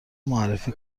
معرفی